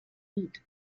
lied